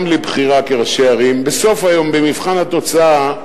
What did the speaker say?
גם לבחירה כראשי ערים, בסוף היום, במבחן התוצאה,